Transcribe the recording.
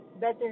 better